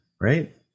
right